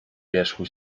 wierzchu